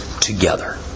together